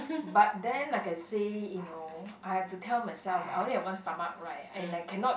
but then like I say you know I have to tell myself I only have one stomach right and I cannot